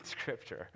scripture